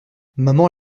maman